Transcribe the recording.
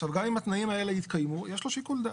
גם אם התנאים האלה התקיימו, יש לו שיקול דעת.